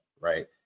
right